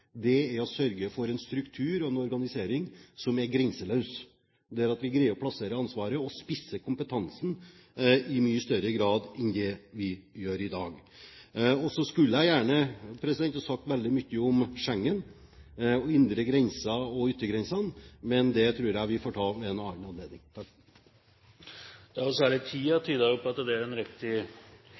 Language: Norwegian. er å sørge for en struktur og en organisering som er grenseløs, at vi greier å plassere ansvaret og spisse kompetansen i mye større grad enn det vi gjør i dag. Så skulle jeg gjerne ha sagt veldig mye om Schengen og indre grenser og yttergrensene, men det tror jeg vi får ta ved en annen anledning. Særlig tiden tyder på at det er en riktig